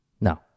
No